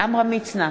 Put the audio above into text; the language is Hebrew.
עמרם מצנע,